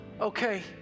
Okay